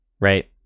right